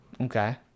Okay